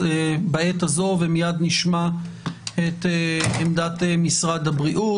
מיד נשמע את עמדת משרד הבריאות.